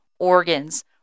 organs